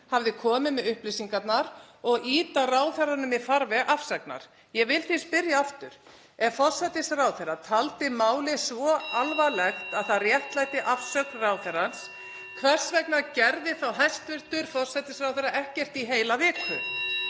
hafði komið með upplýsingarnar og ýta ráðherranum í farveg afsagnar. Ég vil því spyrja aftur: Ef forsætisráðherra taldi málið svo alvarlegt (Forseti hringir.) að það réttlætti afsögn ráðherrans, hvers vegna gerði hæstv. forsætisráðherra ekkert í heila viku?